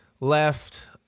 left